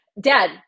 dad